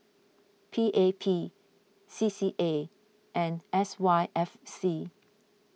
P A P C C A and S Y F C